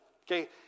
Okay